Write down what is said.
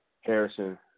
Harrison